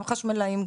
גם חשמלאים,